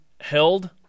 held